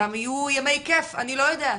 שם יהיו ימי כיף, אני לא יודעת.